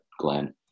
Glenn